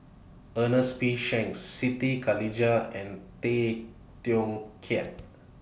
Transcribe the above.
Ernest P Shanks Siti Khalijah and Tay Teow Kiat